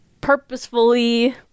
purposefully